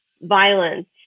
violence